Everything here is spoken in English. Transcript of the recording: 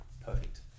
Perfect